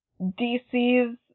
DC's